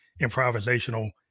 improvisational